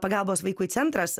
pagalbos vaikui centras